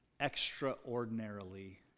extraordinarily